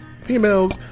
females